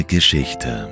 Geschichte